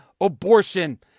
abortion